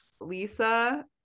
lisa